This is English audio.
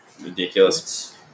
ridiculous